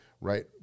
Right